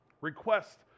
Request